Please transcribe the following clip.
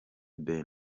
ben